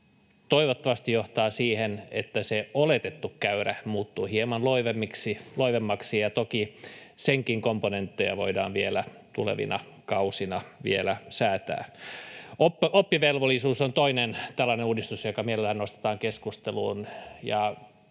toivottavasti johtaa siihen, että se oletettu käyrä muuttuu hieman loivemmaksi, ja toki senkin komponentteja voidaan tulevina kausina vielä säätää. Oppivelvollisuus on toinen tällainen uudistus, joka mielellään nostetaan keskusteluun.